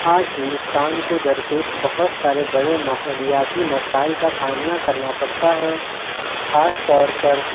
آج ہندوستان کو درپیش بہت سارے بڑے ماحولیاتی مسائل کا سامنا کرنا پڑتا ہے خاص طور پر